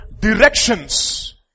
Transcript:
directions